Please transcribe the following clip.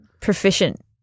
proficient